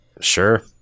Sure